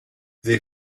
they